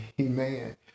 Amen